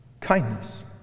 kindness